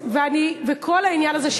וכל העניין הזה,